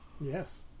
Yes